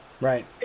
Right